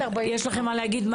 יש לכם מה להגיד?